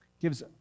gives